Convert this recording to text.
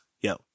Yo